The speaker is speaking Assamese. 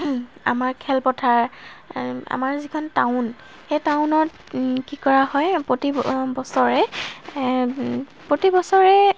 আমাৰ খেলপথাৰ আমাৰ যিখন টাউন সেই টাউনত কি কৰা হয় প্ৰতি অ বছৰে প্ৰতি বছৰে